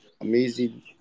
Amazing